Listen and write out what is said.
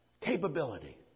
capability